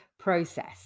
Process